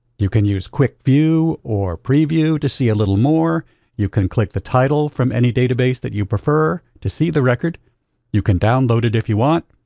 you can use kwic view or preview to see a little more you can click the title from any database that you prefer to see the record from you can download it if you want.